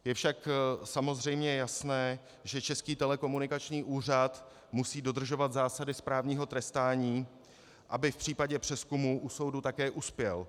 Je však samozřejmě jasné, že Český telekomunikační úřad musí dodržovat zásady správního trestání, aby v případě přezkumu u soudu také uspěl.